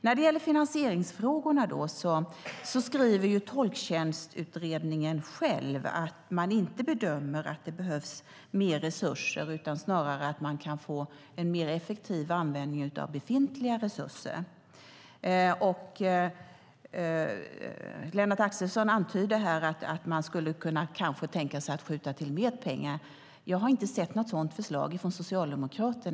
När det gäller finansieringsfrågorna skriver Tolktjänstutredningen att den inte bedömer att mer resurser behövs utan snarare att det går att få en mer effektiv användning av befintliga resurser. Lennart Axelsson antyder att Socialdemokraterna kanske kan tänka sig att skjuta till mer pengar, men jag har inte sett något sådant förslag från er.